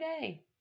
day